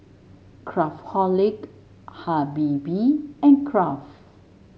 Craftholic Habibie and Kraft